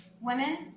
women